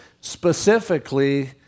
specifically